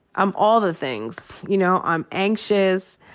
i'm all the things. you know? i'm anxious.